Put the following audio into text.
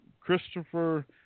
Christopher